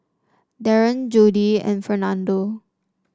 Daren Jodie and Fernando